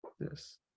Yes